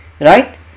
Right